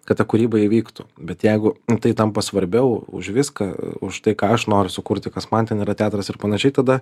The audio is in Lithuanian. kad ta kūryba įvyktų bet jeigu tai tampa svarbiau už viską už tai ką aš noriu sukurti kas man ten yra teatras ir panašiai tada